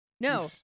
No